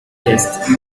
déteste